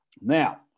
Now